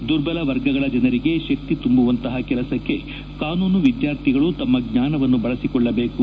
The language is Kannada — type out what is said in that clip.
ದುರ್ಬಲ ವರ್ಗಗಳ ಜನರಿಗೆ ಶಕ್ತಿ ತುಂಬುವಂತಪ ಕೆಲಸಕ್ಕೆ ಕಾನೂನು ವಿದ್ಕಾರ್ಥಿಗಳು ತಮ್ಮ ಜ್ಞಾನವನ್ನು ಬಳಸಿಕೊಳ್ಳಬೇಕು